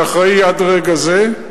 שאחראי עד רגע זה,